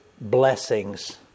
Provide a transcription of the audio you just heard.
blessings